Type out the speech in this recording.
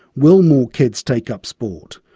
will more kids take up sport?